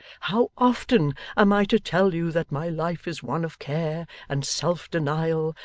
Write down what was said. how often am i to tell you that my life is one of care and self-denial,